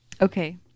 Okay